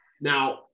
now